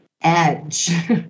edge